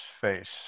face